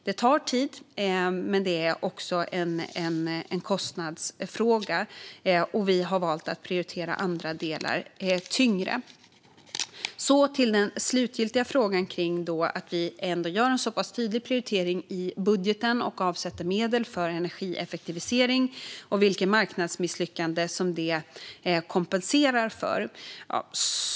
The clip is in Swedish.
Det tar tid men är också en kostnadsfråga, och vi har valt att prioritera andra delar tyngre. Så till den slutgiltiga frågan om att vi gör en så pass tydlig prioritering i budgeten och avsätter medel för energieffektivisering och vilket marknadsmisslyckande som det kompenserar för.